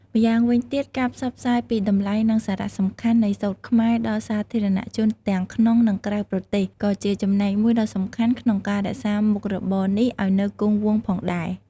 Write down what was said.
ម្យ៉ាងវិញទៀត ការផ្សព្វផ្សាយពីតម្លៃ និងសារៈសំខាន់នៃសូត្រខ្មែរដល់សាធារណជនទាំងក្នុង និងក្រៅប្រទេស ក៏ជាចំណែកមួយដ៏សំខាន់ក្នុងការរក្សាមុខរបរនេះឲ្យនៅគង់វង្សផងដែរ។